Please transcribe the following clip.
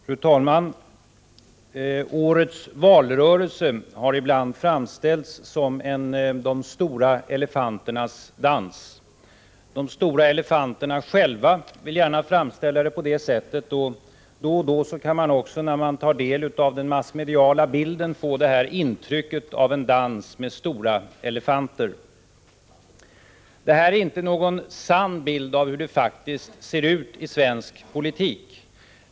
Fru talman! Årets valrörelse har ibland framställts som en de stora elefanternas dans. De stora elefanterna själva väljer gärna att framställa det så, och då och då kan man också, när man tar del av den massmediala bilden, få intrycket av en dans med stora elefanter. Det är inte någon sann bild av hur det faktiskt ser ut i svensk politik.